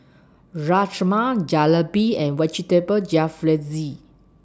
Rajma Jalebi and Vegetable Jalfrezi